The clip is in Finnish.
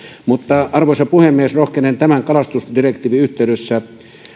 mutta arvoisa puhemies rohkenen tämän kalastusdirektiivin yhteydessä